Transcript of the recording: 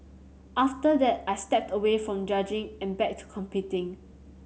after that I stepped away from judging and back to competing